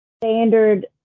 standard